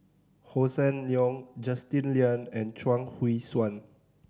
Hossan Leong Justin Lean and Chuang Hui Tsuan